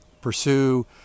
pursue